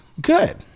Good